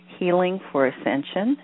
HealingForAscension